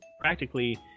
practically